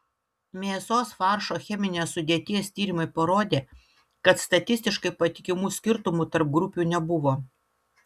mėsos faršo cheminės sudėties tyrimai parodė kad statistiškai patikimų skirtumų tarp grupių nebuvo